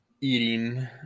eating